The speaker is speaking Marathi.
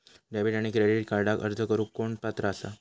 डेबिट आणि क्रेडिट कार्डक अर्ज करुक कोण पात्र आसा?